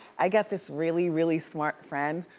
i got this really, really smart friend